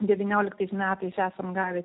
devynioliktais metais esam gavę